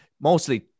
mostly